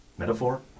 metaphor